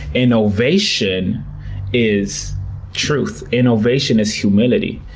innovation is truth. innovation is humility.